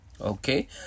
okay